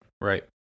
Right